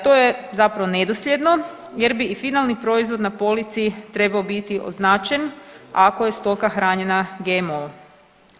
To je zapravo nedosljedno jer bi i finalni proizvod na polici trebao biti označen ako je stoka hranjena GMO-om.